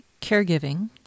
caregiving